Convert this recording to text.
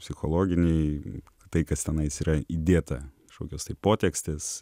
psichologiniai tai kas tenais yra įdėta kažkokios tai potekstės